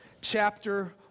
chapter